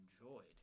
enjoyed